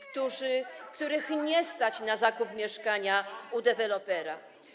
których nie stać na zakup mieszkania u dewelopera?